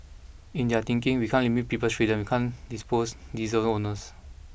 in their thinking we can't limit people's freedom we can't dispose diesel owners